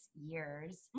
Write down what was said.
years